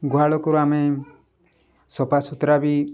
ଗୁହାଳ କରୁ ଆମେ ସଫା ସୁୁତୁରା ବି